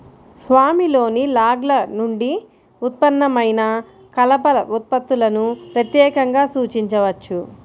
స్వామిలోని లాగ్ల నుండి ఉత్పన్నమైన కలప ఉత్పత్తులను ప్రత్యేకంగా సూచించవచ్చు